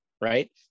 right